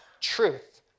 truth